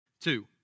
Two